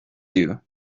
you